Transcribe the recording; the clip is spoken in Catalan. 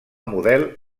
model